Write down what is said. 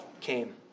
came